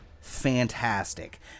fantastic